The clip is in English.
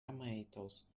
tomatoes